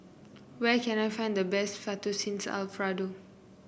where can I find the best Fettuccine Alfredo